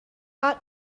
ought